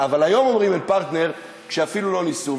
אבל היום אומרים שאין פרטנר כשאפילו לא ניסו.